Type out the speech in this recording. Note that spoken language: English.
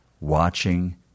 watching